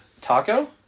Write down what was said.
Taco